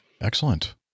excellent